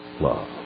love